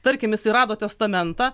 tarkim jisai rado testamentą